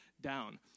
down